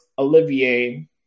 Olivier